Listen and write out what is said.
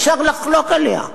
אפשר לחלוק עליה.